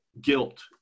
guilt